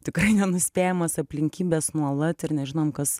tikrai nenuspėjamas aplinkybes nuolat ir nežinom kas